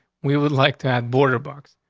we would like to have border box.